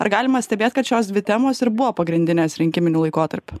ar galima stebėt kad šios dvi temos ir buvo pagrindinės rinkiminiu laikotarpiu